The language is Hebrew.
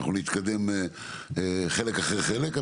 אנחנו נתקדם חלק אחרי חלק,